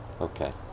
Okay